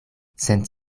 cent